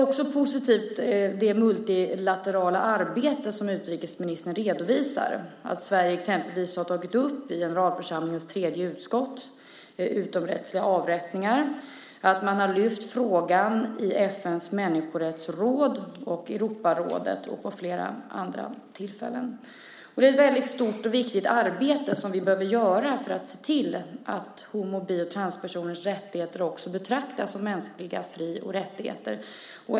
Också det multilaterala arbete som utrikesministern redovisar är positivt, att Sverige exempelvis i generalförsamlingens tredje utskott har tagit upp frågan om utomrättsliga avrättningar, att man har lyft fram frågan i FN:s människorättsråd, i Europarådet och vid flera andra tillfällen. Det är ett väldigt stort och viktigt arbete som vi behöver göra för att se till att homo och bisexuellas och transpersoners rättigheter också betraktas som mänskliga fri och rättigheter.